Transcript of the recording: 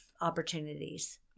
opportunities